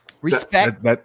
Respect